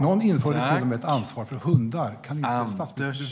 Någon införde till och med ett ansvar för hundar. Kan inte statsminister Löfven också göra något?